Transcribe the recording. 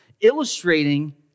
illustrating